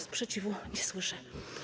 Sprzeciwu nie słyszę.